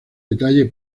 detalle